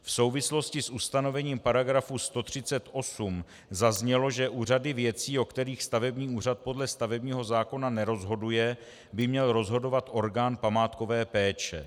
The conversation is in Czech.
V souvislosti s ustanovením § 138 zaznělo, že u řady věcí, o kterých stavební úřad podle stavebního zákona nerozhoduje, by měl rozhodovat orgán památkové péče.